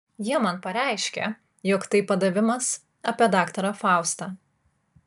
jie man pareiškė jog tai padavimas apie daktarą faustą